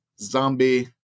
zombie